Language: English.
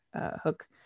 hook